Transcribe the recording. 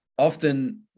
often